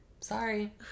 Sorry